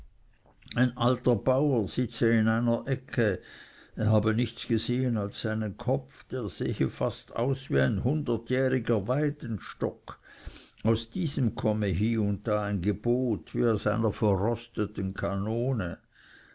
ein alter bauer sitze in einer ecke er habe nichts gesehen als seinen kopf der sehe aus fast wie ein hundertjähriger weidenstock aus diesem komme hie und da ein gebot wie aus einer verrosteten kanone